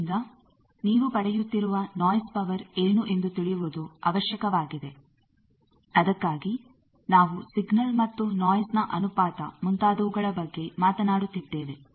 ಆದ್ದರಿಂದ ನೀವು ಪಡೆಯುತ್ತಿರುವ ನೋಯಿಸ್ ಪವರ್ ಏನು ಎಂದು ತಿಳಿಯುವುದು ಅವಶ್ಯಕವಾಗಿದೆ ಅದಕ್ಕಾಗಿ ನಾವು ಸಿಗ್ನಲ್ ಮತ್ತು ನೋಯಿಸ್ ನ ಅನುಪಾತ ಮುಂತಾದವುಗಳ ಬಗ್ಗೆ ಮಾತನಾಡುತ್ತಿದ್ದೇವೆ